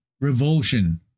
revulsion